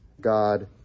God